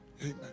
Amen